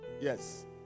Yes